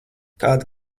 kāda